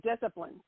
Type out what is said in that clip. discipline